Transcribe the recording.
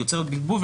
היא יוצרת בלבול,